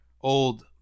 old